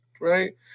right